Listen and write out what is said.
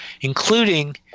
including